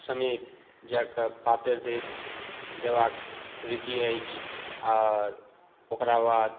समीप जाकऽ पातरि देबाक रीति अछि आर ओकरा बाद